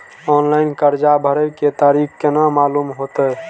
Online कर्जा भरे के तारीख केना मालूम होते?